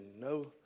no